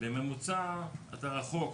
בממוצע אתה רחוק,